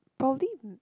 probably